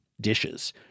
dishes